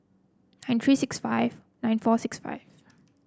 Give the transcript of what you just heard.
nine three six five nine four six five